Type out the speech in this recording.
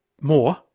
more